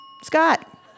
Scott